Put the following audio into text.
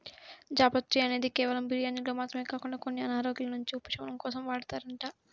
జాపత్రి అనేది కేవలం బిర్యానీల్లో మాత్రమే కాకుండా కొన్ని అనారోగ్యాల నుంచి ఉపశమనం కోసం వాడతారంట